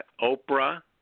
Oprah